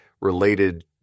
related